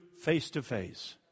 face-to-face